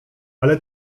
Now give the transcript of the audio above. ale